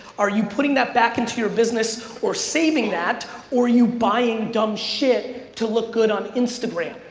are you putting that back into your business or saving that or you buying dumb shit to look good on instagram?